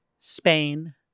Spain